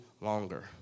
longer